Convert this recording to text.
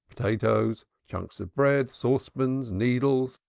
potatoes, chunks of bread, saucepans, needles,